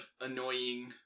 annoying